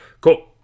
Cool